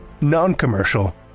non-commercial